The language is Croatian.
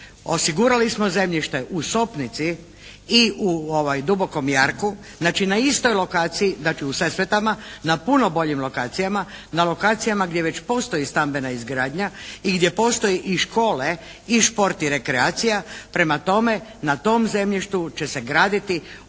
Osigurali smo zemljište u Sopnici i u Dubokom Jarku, znači na istoj lokaciji znači u Sesvetama, na puno boljim lokacijama. Na lokacijama gdje već postoji stambena izgradnja i gdje postoje i škole i šport i rekreacija. Prema tome, na tom zemljištu će se graditi oni